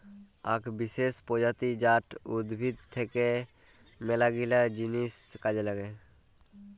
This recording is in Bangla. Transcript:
আক বিসেস প্রজাতি জাট উদ্ভিদ থাক্যে মেলাগিলা জিনিস কাজে লাগে